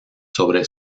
sobre